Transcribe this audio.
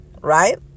right